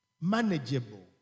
manageable